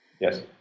Yes